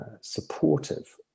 supportive